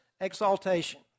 exaltation